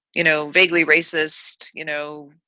you know, vaguely racist, you know,